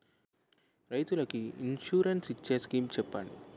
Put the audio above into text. రైతులు కి ఇన్సురెన్స్ ఇచ్చే స్కీమ్స్ చెప్పండి?